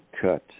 cut